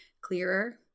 clearer